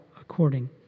according